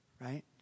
Right